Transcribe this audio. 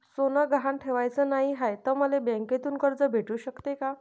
सोनं गहान ठेवाच नाही हाय, त मले बँकेतून कर्ज भेटू शकते का?